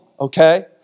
okay